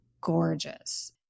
gorgeous